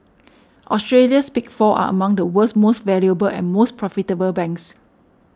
Australia's Big Four are among the world's most valuable and most profitable banks